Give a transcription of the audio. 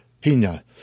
Pina